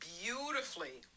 beautifully